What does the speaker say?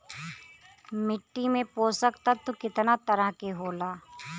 मिट्टी में पोषक तत्व कितना तरह के होला?